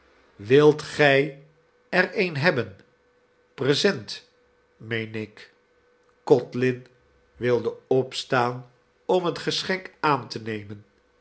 wilt gij er een hebben present meen ik codlin wilde opstaan om het geschenk aan te nemen